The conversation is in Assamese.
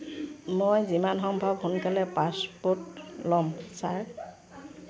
মই যিমান সম্ভৱ সোনকালে পাছপোৰ্ট ল'ম ছাৰ